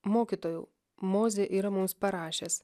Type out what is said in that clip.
mokytojau mozė yra mums parašęs